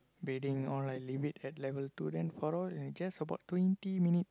bedding all I leave it at level two then for all in just about twenty minutes